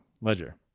ledger